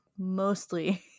Mostly